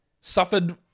suffered